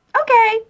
Okay